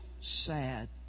sad